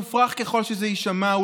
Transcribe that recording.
מופרך ככל שזה יישמע,